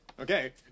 Okay